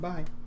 Bye